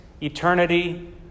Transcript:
eternity